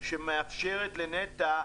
שמאפשרת לנת"ע,